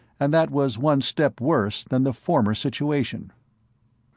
and that was one step worse than the former situation.